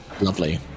Lovely